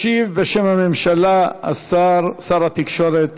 ישיב בשם הממשלה שר התקשורת